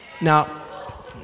Now